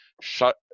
shut